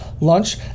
lunch